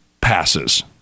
passes